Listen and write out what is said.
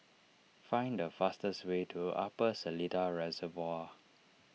find the fastest way to Upper Seletar Reservoir